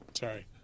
Sorry